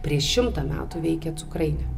prieš šimtą metų veikė cukrainė